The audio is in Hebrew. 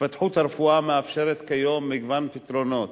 התפתחות הרפואה מאפשרת כיום מגוון פתרונות: